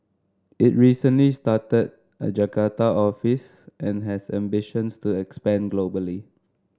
it recently started a Jakarta office and has ambitions to expand globally